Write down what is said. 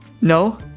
No